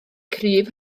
cryf